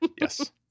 Yes